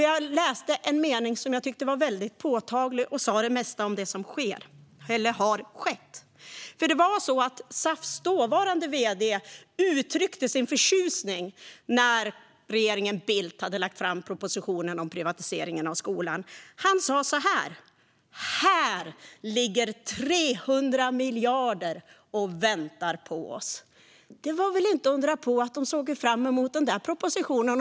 Jag läste en mening som jag tyckte var väldigt påtaglig och som sa det mesta om det som skedde då. SAF:s dåvarande vd uttryckte nämligen sin förtjusning när regeringen Bildt hade lagt fram propositionen om privatiseringen av skolan genom att säga: Här ligger 300 miljarder och väntar på oss. Det var väl inte undra på att de såg fram emot den där propositionen.